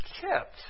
kept